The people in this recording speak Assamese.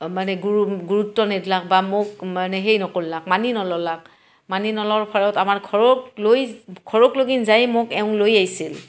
মানে গুৰু গুৰুত্ব নেদলাক বা মোক মানে সেই নকল্লাক মানি ন'ললাক মানি ন'লৰ ফলত আমাৰ ঘৰক লৈ ঘৰক ল'গিন যাই মোক এওঁ লৈ আহিছিল